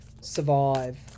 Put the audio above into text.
survive